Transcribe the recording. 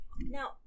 now